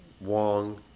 Wong